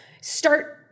Start